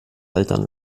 altern